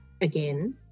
again